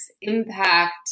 impact